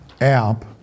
app